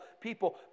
people